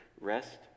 rest